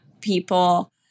people